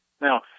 Now